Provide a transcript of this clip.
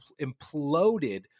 imploded